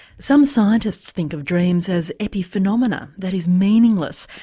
some scientists think of dreams as epi-phenomena that is meaningless,